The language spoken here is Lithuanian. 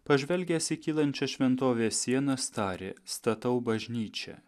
pažvelgęs į kylančias šventovės sienas tarė statau bažnyčią